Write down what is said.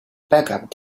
backup